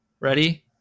Ready